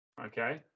okay